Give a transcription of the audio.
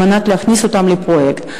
על מנת להכניס אותן לפרויקט.